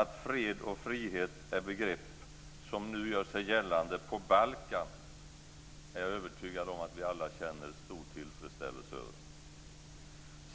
Att fred och frihet är begrepp som nu gör sig gällande på Balkan är jag övertygad om att vi alla känner en stor tillfredsställelse över.